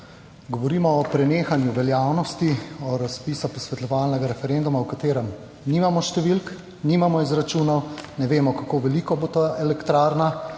Govorimo o prenehanju veljavnosti razpis posvetovalnega referenduma o katerem nimamo številk, nimamo izračunov, ne vemo kako velika bo ta elektrarna,